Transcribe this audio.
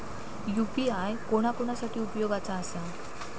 UPI कोणा कोणा साठी उपयोगाचा आसा?